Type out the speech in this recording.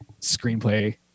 screenplay